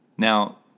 Now